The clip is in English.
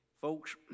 Folks